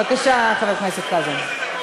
בבקשה, חבר הכנסת חזן.